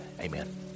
Amen